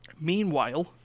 Meanwhile